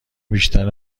بیشتر